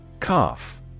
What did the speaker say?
Calf